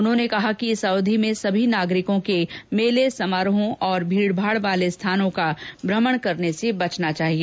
उन्होंने कहा कि इस अवधि में सभी नागरिकों के मेले समारोहों और भीड़ वाले स्थानों का भ्रमण करने से बचना चाहिए